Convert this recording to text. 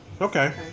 Okay